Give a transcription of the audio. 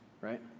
Right